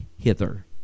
hither